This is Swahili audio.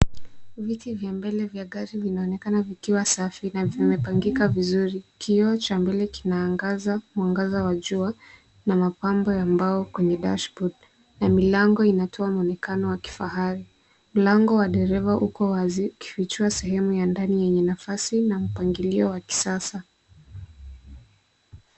Viti vya mbele vya gari vinaonekana vikiwa safi na vimepangika vizuri. Kioo cha mbele kinaangaza mwangaza wa jua na mapambo ya mbao kwenye dashboard na milango inatoa mwonekano wa kifahari. Mlango wa dereva uko wazi ukifichua sehemu ya ndani yenye nafasi na mpangilio wa kisasa.